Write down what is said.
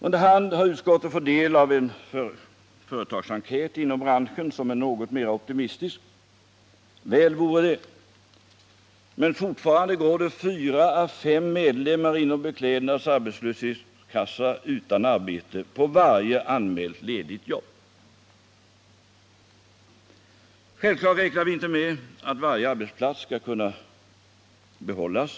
Under hand har utskottet fått del av en företagsenkät inom branschen, som är något mer optimistisk. Väl vore det. Men fortfarande går det fyra fem medlemmar inom Beklädnads arbetslöshetskassa utan arbete på varje anmält ledigt jobb. Självfallet räknar vi inte med att varje arbetsplats skall kunna behållas.